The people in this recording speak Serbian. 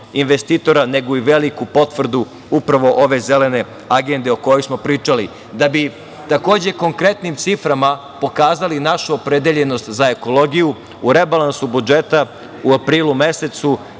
investitora, nego i veliku potvrdu upravo ove Zelene agende o kojoj smo pričali. Da bi, takođe, konkretnim ciframa pokazali našu opredeljenost za ekologiju, u rebalansu budžeta u aprilu mesecu